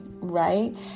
right